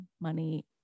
money